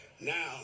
now